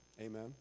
Amen